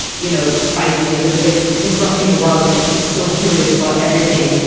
you know, spicy, a little bit disrupting the world because she's so curious about everything.